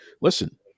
listen